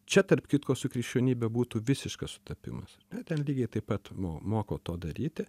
čia tarp kitko su krikščionybe būtų visiškas sutapimas ten lygiai taip pat mo moko to daryti